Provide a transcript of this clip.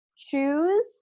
choose